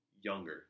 younger